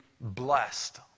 blessed